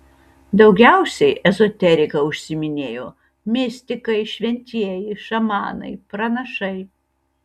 daugiausiai ezoterika užsiiminėjo mistikai šventieji šamanai pranašai